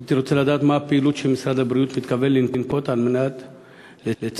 הייתי רוצה לדעת מה הפעילות שמשרד הבריאות מתכוון לנקוט על מנת לצמצם,